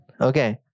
Okay